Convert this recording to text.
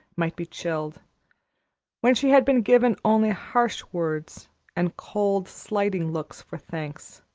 might be chilled when she had been given only harsh words and cold, slighting looks for thanks,